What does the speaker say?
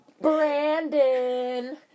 Brandon